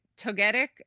Togetic